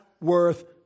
worth